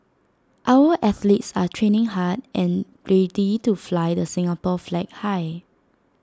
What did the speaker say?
our athletes are training hard and ready to fly the Singapore flag high